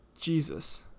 Jesus